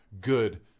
good